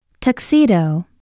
Tuxedo